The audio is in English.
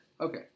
Okay